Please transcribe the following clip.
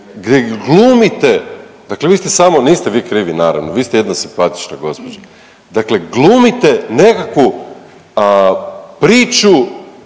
gdje glumite, dakle vi ste samo, niste vi krivi naravno, vi ste jedna simpatična gospođa, dakle glumite nekakvu priču